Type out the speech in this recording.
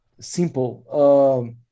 simple